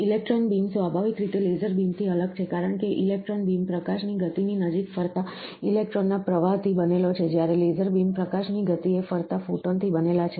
electron beam સ્વાભાવિક રીતે laser બીમથી અલગ છે કારણ કે ઇલેક્ટ્રોન બીમ પ્રકાશની ગતિની નજીક ફરતા ઇલેક્ટ્રોનના પ્રવાહથી બનેલો છે જ્યારે લેસર બીમ પ્રકાશની ગતિએ ફરતા ફોટોનથી બનેલા છે